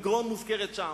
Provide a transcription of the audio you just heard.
מגרון מוזכרת שם,